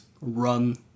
run